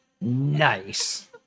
Nice